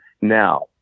Now